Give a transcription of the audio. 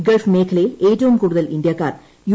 Gulf മേഖലയിൽ ഏറ്റവും കൂടുതൽ ഇന്ത്യക്കാർ യു